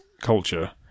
culture